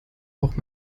auch